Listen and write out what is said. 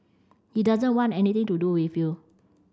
he doesn't want anything to do with you